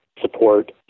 support